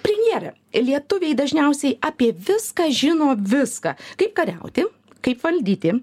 premjere lietuviai dažniausiai apie viską žino viską kaip kariauti kaip valdyti